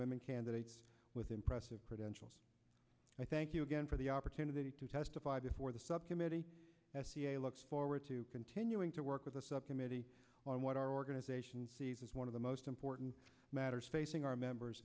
women candidates with impressive credentials i thank you again for the opportunity to testify before the subcommittee looks forward to continuing to work with the subcommittee on what our organization sees as one of the most important matters facing our members